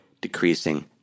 decreasing